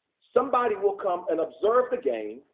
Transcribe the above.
somebody will come and observe the game,